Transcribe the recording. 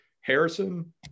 Harrison